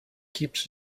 keeps